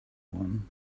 one